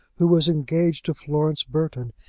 who was engaged to florence burton,